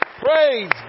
Praise